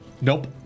Nope